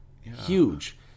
Huge